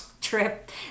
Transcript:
trip